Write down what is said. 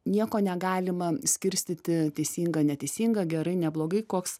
nieko negalima skirstyti teisinga neteisinga gerai neblogai koks